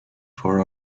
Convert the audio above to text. for